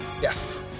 Yes